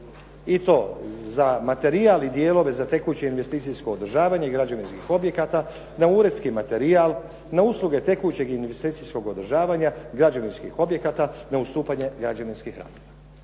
i to za materijal i dijelove za tekuće investicijsko održavanje i građevinskih objekata, na uredski materijal, na usluge tekućeg investicijskog održavanja, građevinskih objekata, neustupanje građevinskih radova.